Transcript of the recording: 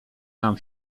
nam